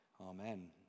Amen